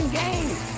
games